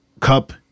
cup